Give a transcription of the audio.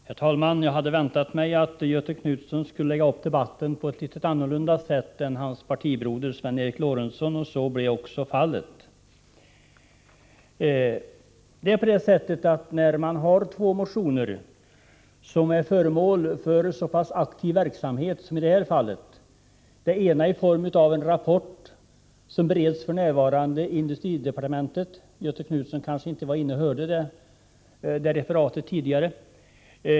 Herr talman! Jag hade väntat mig att Göthe Knutson skulle lägga upp debatten på ett litet annorlunda sätt än hans partibroder Sven Eric Lorentzon gjorde, och så blev fallet. I detta betänkande behandlas två motioner om frågor som är föremål för en aktiv verksamhet, i det ena fallet i form av en rapport som f.n. bereds i industridepartementet. Göthe Knutson kanske inte hörde när det refererades här tidigare.